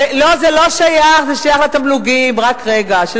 לא, זה לא שייך, זה שייך לתמלוגים של הטלוויזיות.